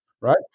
Right